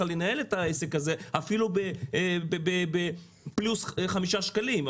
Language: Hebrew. לנהל את העסק הזה אפילו בפלוס 5 שקלים,